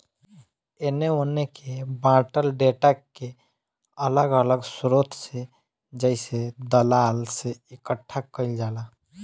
एने ओने के बॉटल डेटा के अलग अलग स्रोत से जइसे दलाल से इकठ्ठा कईल जाला